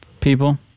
people